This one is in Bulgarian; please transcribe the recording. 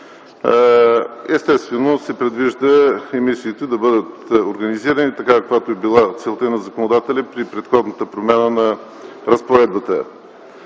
Естествено, се предвижда емисиите да бъдат организирани, каквато е била целта на законодателя при предходната промяна на разпоредбата.